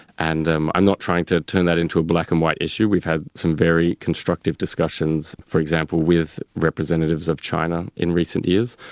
and um i'm not trying to turn that into a black-and-white issue. we've had some very constructive discussions, for example, with representatives of china in recent years,